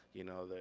you know,